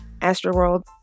Astroworld